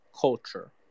culture